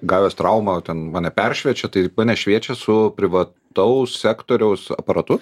gavęs traumą o ten mane peršviečia tai mane šviečia su privataus sektoriaus aparatu